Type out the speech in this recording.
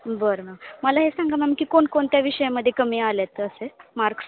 बरं मॅम मला हे सांगा मॅम की कोणकोणत्या विषयामध्ये कमी आले आहेत असे मार्क्स